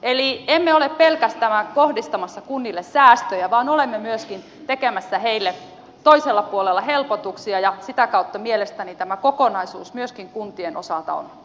eli emme ole pelkästään kohdistamassa kunnille säästöjä vaan olemme myöskin tekemässä niille toisella puolella helpotuksia ja sitä kautta mielestäni tämä kokonaisuus myöskin kuntien osalta on kohtuullinen